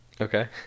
Okay